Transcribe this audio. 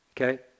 Okay